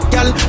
Girl